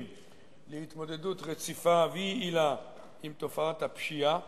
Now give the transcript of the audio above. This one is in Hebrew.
להתמודדות רציפה ויעילה עם תופעת הפשיעה